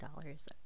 dollars